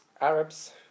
Arabs